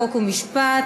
חוק ומשפט.